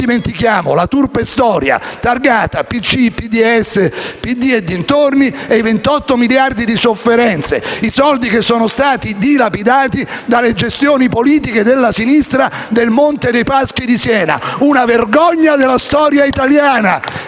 non dimentichiamo la turpe storia targata PCI, PDS, PD e dintorni, i 28 miliardi di euro di sofferenze: soldi che sono stati dilapidati dalle gestioni politiche di sinistra del Monte dei Paschi di Siena. È una vergogna nella storia italiana